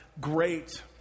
great